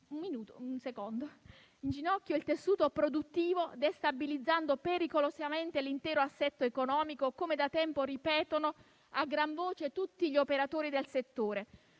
di mettere in ginocchio il tessuto produttivo destabilizzando pericolosamente l'intero assetto economico, come da tempo ripetono a gran voce tutti gli operatori del settore.